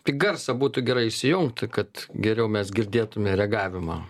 tik garsą būtų gerai įsijungt kad geriau mes girdėtume reagavimą